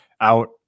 out